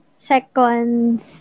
seconds